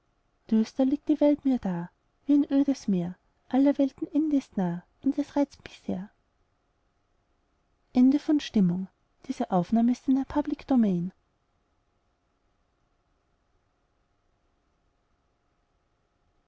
düster liegt die welt mir da wie ein ödes meer aller welten end ist nah